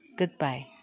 goodbye